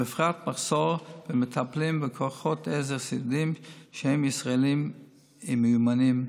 ובפרט מחסור במטפלים וכוחות עזר סיעודיים שהם ישראלים ומיומנים.